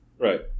Right